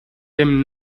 dem